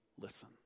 listen